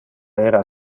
era